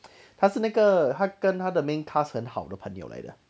他是那个他跟他的 main cast 很好的朋友来的